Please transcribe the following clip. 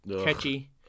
Catchy